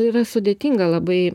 yra sudėtinga labai